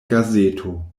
gazeto